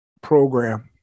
program